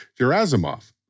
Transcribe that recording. Gerasimov